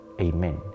Amen